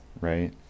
right